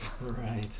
Right